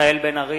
מיכאל בן-ארי,